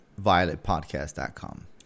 violetpodcast.com